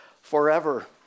forever